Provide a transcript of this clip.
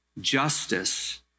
justice